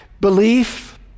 belief